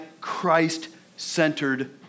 Christ-centered